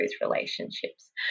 relationships